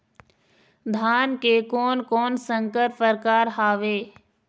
धान के कोन कोन संकर परकार हावे?